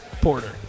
Porter